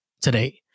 today